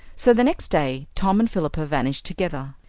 so the next day tom and philippa vanished together.